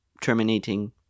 terminating